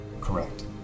Correct